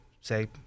say